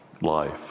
life